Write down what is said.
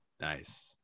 nice